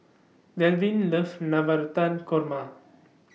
Delvin loves Navratan Korma